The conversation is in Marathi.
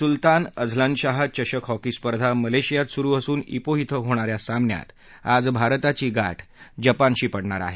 सुलतान अझलनशाह चषक हॉकी स्पर्धा मलेशियात सुरु असून इपो इथं होणाऱ्या सामन्यात आज भारताची गाठ जपानशी पडणार आहे